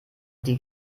die